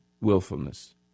willfulness